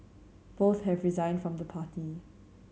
both have resigned from the party